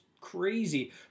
crazy